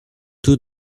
two